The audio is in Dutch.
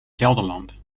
gelderland